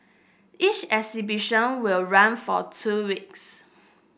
each exhibition will run for two weeks